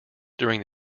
during